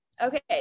Okay